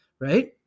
right